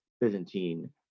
Byzantine